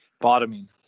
Bottoming